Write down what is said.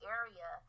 area